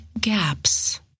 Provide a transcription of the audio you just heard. gaps